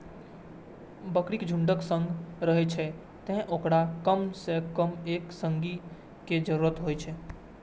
बकरी झुंडक संग रहै छै, तें ओकरा कम सं कम एक संगी के जरूरत होइ छै